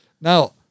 Now